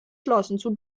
entschlossen